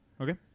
Okay